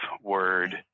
Word